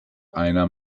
einer